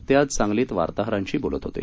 ते आज सांगलीत वार्ताहरांशी बोलत होते